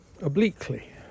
obliquely